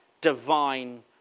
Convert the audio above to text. divine